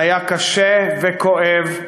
זה היה קשה וכואב,